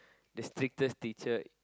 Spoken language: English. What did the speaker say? the strictest teacher